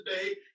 today